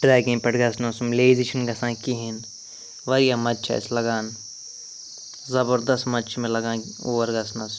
trekking پٮ۪ٹھ گژھنَس سُمٛب لیزی چھِنہٕ گژھان کِہیٖنۍ واریاہ مَزٕ چھُ اسہِ لَگان زبردَست مَزٕ چھُ مےٚ لَگان اور گژھنَس